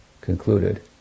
concluded